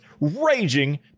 raging